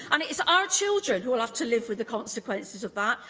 and it's our children who will have to live with the consequences of that,